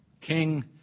king